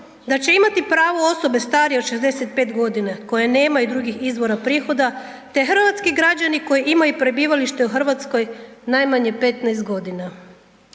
da će imati pravo osobe starije od 65 g. koje nemaju drugih izvora prihode hrvatski građani koji imaju prebivalište u Hrvatskoj najmanje 15 godina.